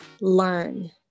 learn